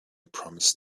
promised